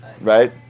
right